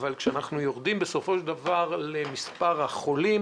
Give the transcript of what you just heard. אבל כשאנחנו יורדים למספר החולים,